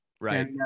right